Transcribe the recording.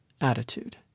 attitude